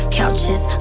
couches